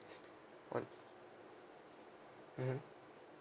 one mmhmm